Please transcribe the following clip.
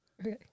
Okay